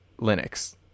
Linux